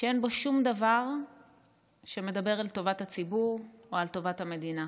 שאין בו שום דבר שמדבר על טובת הציבור או על טובת המדינה.